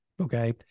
Okay